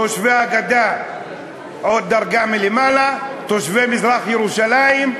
תושבי הגדה עוד דרגה מלמעלה, תושבי מזרח-ירושלים,